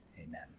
Amen